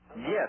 Yes